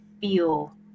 feel